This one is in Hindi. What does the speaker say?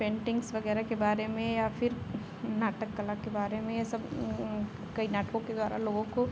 पेन्टिन्ग्स वग़ैरह के बारे में या फिर नाटक कला करने के बारे में या सब कई नाटकों के द्वारा लोगों को